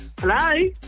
Hello